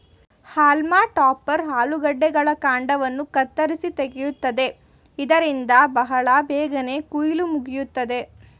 haulm topper ಆಲೂಗಡ್ಡೆಗಳ ಕಾಂಡವನ್ನು ಕತ್ತರಿಸಿ ತೆಗೆಯುತ್ತದೆ ಇದರಿಂದ ಬಹಳ ಬೇಗನೆ ಕುಯಿಲು ಮುಗಿಯುತ್ತದೆ